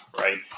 right